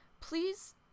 Please